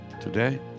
Today